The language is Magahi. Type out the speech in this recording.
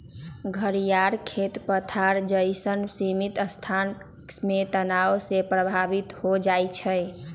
घरियार खेत पथार जइसन्न सीमित स्थान में तनाव से प्रभावित हो जाइ छइ